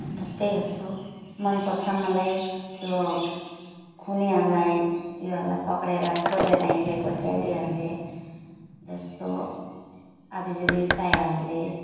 अन्त त्यही हेर्छु मनपर्छ मलाई त्यो खुनीहरूलाई योहरूलाई पक्रिएर खोजेर हिँडेको सिआइडीहरूले जस्तो अभिजित दयाहरूले